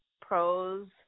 pros